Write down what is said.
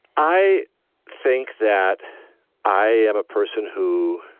i think that i am a person who